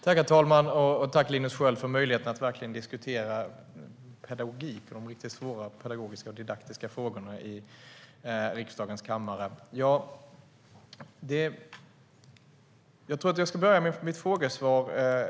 Herr talman! Tack, Linus Sköld, för möjligheten att diskutera pedagogik och riktigt svåra pedagogiska och didaktiska frågor i riksdagens kammare.